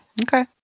Okay